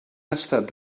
estat